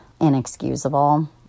inexcusable